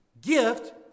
gift